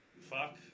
fuck